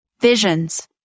visions